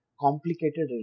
complicated